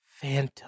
phantom